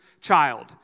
child